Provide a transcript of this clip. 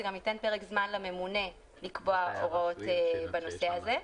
זה גם ייתן לממונה פרק זמן לקבוע הוראות בנושא הזה.